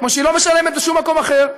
כמו שהיא לא משלמת בשום מקום אחר.